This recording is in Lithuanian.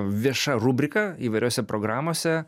vieša rubrika įvairiose programose